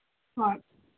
ꯍꯣꯏ